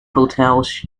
hotels